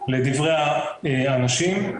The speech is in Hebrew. לדבריי האנשים.